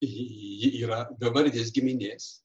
ji ji yra bevardės giminės